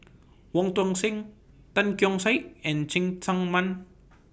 Wong Tuang Seng Tan Keong Saik and Cheng Tsang Man